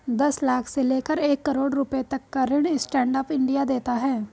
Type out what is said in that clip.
दस लाख से लेकर एक करोङ रुपए तक का ऋण स्टैंड अप इंडिया देता है